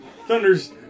Thunder's